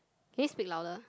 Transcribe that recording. can you speak louder